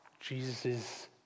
Jesus